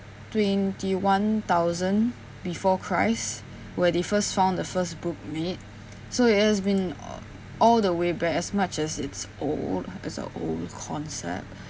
twenty one thousand before christ where they first found the first book made so it has been a~ all the way back as much as it's old as a old concept